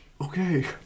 Okay